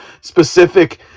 specific